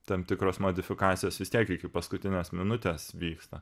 tam tikros modifikacijos vis tiek iki paskutinės minutės vyksta